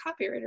copywriter